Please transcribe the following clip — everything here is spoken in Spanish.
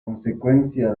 consecuencia